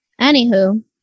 Anywho